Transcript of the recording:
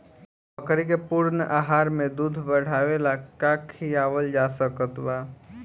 बकरी के पूर्ण आहार में दूध बढ़ावेला का खिआवल जा सकत बा?